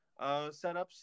setups